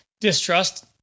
distrust